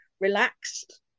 relaxed